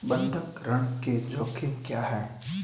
बंधक ऋण के जोखिम क्या हैं?